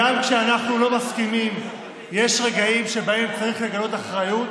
גם כשאנחנו לא מסכימים יש רגעים שבהם צריך לגלות אחריות